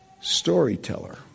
storyteller